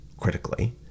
critically